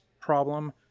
problem